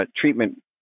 treatment